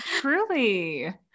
truly